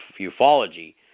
ufology